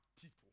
people